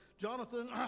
jonathan